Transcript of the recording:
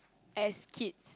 as kids